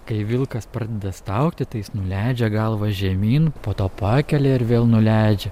kai vilkas pradeda staugti tai jis nuleidžia galvą žemyn po to pakelia ir vėl nuleidžia